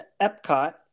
Epcot